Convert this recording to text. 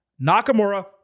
Nakamura